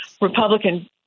Republican